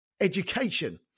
education